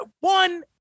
one